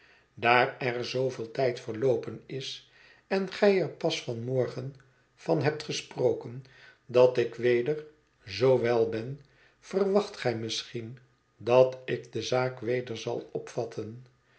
daar er zooveel tijd verloopen is en gij er pas van morgen van hebt gesproken dat ik weder zoo wel ben verwacht gij misschien dat ik de zaak weder zal opvatten